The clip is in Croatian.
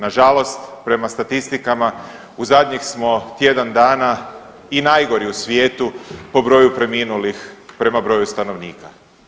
Nažalost, prema statistikama u zadnjih smo tjedan dana i najgori u svijetu po broju preminulih prema broju stanovnika.